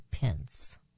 Pence